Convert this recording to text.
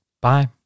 Bye